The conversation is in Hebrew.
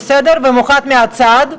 במיוחד מהצד.